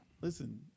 listen